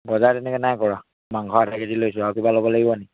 বজাৰ তেনেকৈ নাই কৰা মাংস আধা কেজি লৈছোঁ আৰু কিবা ল'ব লাগিব নি